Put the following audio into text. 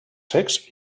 secs